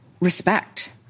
respect